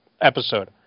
episode